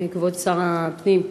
כבוד שר הפנים,